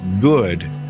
good